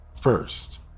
first